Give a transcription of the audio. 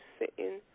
sitting